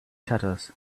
tatters